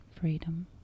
freedom